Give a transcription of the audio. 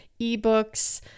eBooks